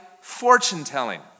fortune-telling